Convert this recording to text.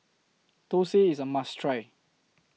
Thosai IS A must Try